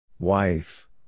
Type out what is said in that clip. Wife